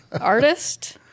Artist